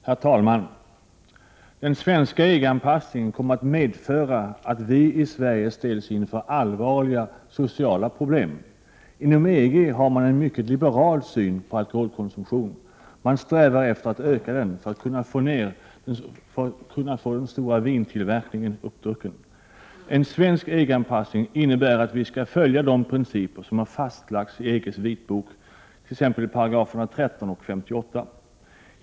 Herr talman! Den svenska EG-anpassningen kommer att medföra att vi i Sverige ställs inför allvarliga sociala problem. Inom EG har man en mycket liberal syn på alkoholkonsumtion — man strävar efter att öka den för att kunna få den stora vintillverkningen uppdrucken. En svensk EG-anpassning innebär att vi skall följa de principer som har fastlagts i EG:s vitbok i t.ex. § 13 och 58.